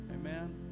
amen